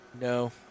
No